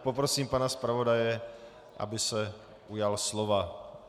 Poprosím pana zpravodaje, aby se ujal slova.